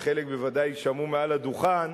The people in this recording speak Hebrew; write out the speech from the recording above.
וחלק בוודאי יישמעו מעל הדוכן,